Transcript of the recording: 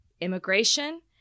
immigration